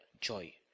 joy